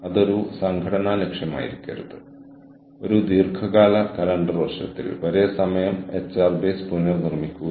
പിന്നെ ഞാൻ human resource ഓഫീസിൽ പോയി ഒരു ജീവനക്കാരനെന്ന നിലയിൽ അവരുടെ സഹായത്തോടെ ഇത് മനസിലാക്കാൻ ശ്രമിക്കുന്നു